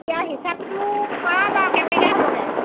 এতিয়া হিচাপটো কৰা বাৰু কেনেকৈ হ'বগৈ